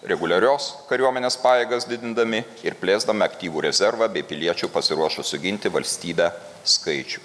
reguliarios kariuomenės pajėgas didindami ir plėsdami aktyvų rezervą bei piliečių pasiruošusių ginti valstybę skaičių